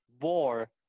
war